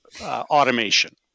automation